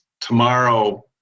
tomorrow